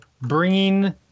bringing